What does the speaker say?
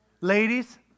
Ladies